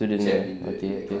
student okay okay